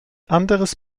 anderes